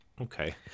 Okay